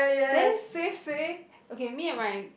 then suay suay okay me and my